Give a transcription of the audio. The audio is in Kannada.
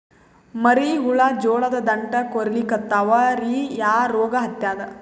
ಮರಿ ಹುಳ ಜೋಳದ ದಂಟ ಕೊರಿಲಿಕತ್ತಾವ ರೀ ಯಾ ರೋಗ ಹತ್ಯಾದ?